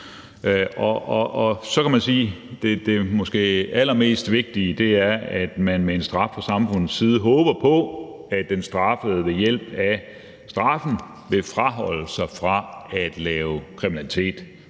allervigtigste er, at man med en straf fra samfundets side håber på, at den straffede ved hjælp af straffen vil afholde sig fra at lave kriminalitet.